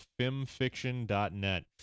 FimFiction.net